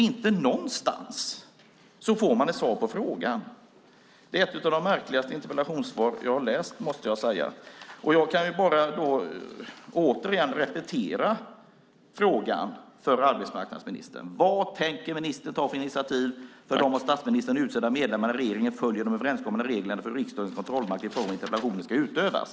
Inte någonstans får man ett svar på frågan. Jag måste säga att det är ett av de märkligaste interpellationssvar som jag har läst. Jag kan bara repetera frågan för arbetsmarknadsministern. Vad tänker ministern ta för initiativ för att de av statsministern utsedda medlemmarna i regeringen ska följa de överenskomna reglerna för hur riksdagens kontrollmakt i fråga om interpellationer ska utövas?